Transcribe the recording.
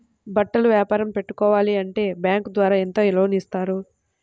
బట్టలు వ్యాపారం పెట్టుకోవాలి అంటే బ్యాంకు ద్వారా ఎంత లోన్ ఇస్తారు?